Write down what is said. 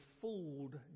fooled